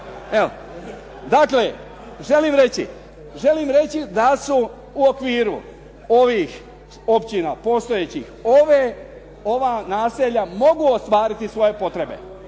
Dakle, želim reći da su u okviru ovih općina postojećih ova naselja mogu ostvariti svoje potrebe.